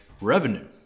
revenue